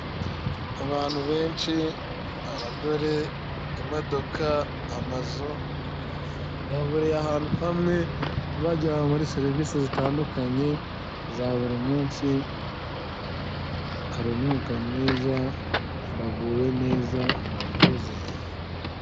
Abantu benshi abagore imodoka amazu ba ahantu hamwe bajyanwe muri serivisi zitandukanye za buri munsi hari umwuga mwiza m baguwe neza murakoze.